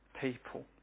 people